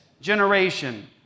generation